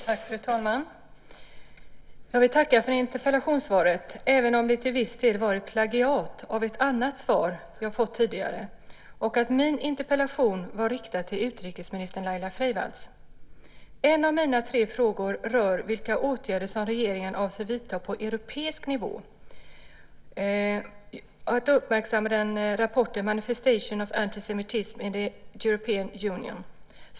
Fru talman! Jag vill tacka för interpellationssvaret även om det till viss del var ett plagiat av ett annat svar som jag fått tidigare och trots att min interpellation nu var riktad till utrikesminister Laila Freivalds. En av mina tre frågor rör vilka åtgärder som regeringen avser att vidta för att på europeisk nivå uppmärksamma rapporten Manifestations of anti-Semitism in the European Union .